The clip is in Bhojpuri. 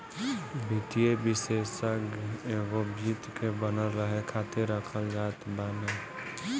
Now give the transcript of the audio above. वित्तीय विषेशज्ञ एगो वित्त के बनल रहे खातिर रखल जात बाने